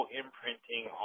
imprinting